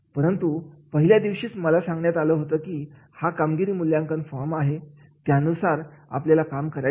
परंतु पहिल्या दिवशीच मला सांगण्यात आलं होतं की हा कामगिरी मूल्यांकन फॉर्मत्यानुसार आपल्याला काम करायचे